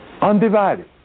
Undivided